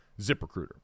ZipRecruiter